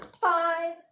five